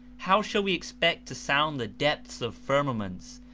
how shall we expect to sound the depths of firmaments,